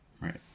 Right